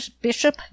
Bishop